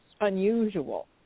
unusual